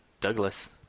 Douglas